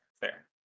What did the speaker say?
fair